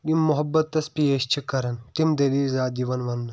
یِم محبتس پیش چھِ کران تِم دٔلیٖل چھِ زیادٕ یِوان وَننہٕ